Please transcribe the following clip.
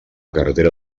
carretera